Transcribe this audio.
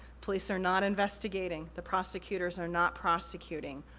police are not investigating, the prosecutors and are not prosecuting.